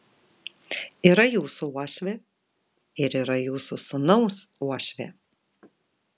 yra jūsų uošvė ir yra jūsų sūnaus uošvė